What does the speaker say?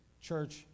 church